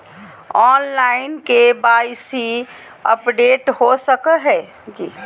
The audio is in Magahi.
ऑनलाइन के.वाई.सी अपडेट हो सको है की?